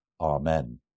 Amen